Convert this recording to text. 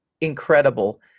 incredible